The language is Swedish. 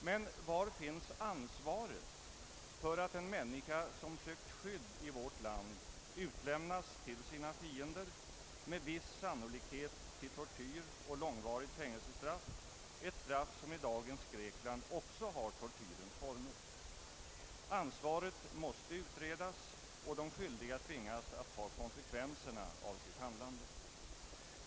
Men var finns ansvaret för att en människa som sökt skydd i vårt land utlämnas till sina fiender, med viss sannolikhet till tortyr och långvarigt fängelsestraff — i dagens Grekland också ett straff som har tortyrens former? Ansvaret måste utredas och de skyldiga tvingas ta konsekvenserna av sitt handlande.